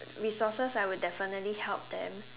resources I would definitely help them